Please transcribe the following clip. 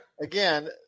Again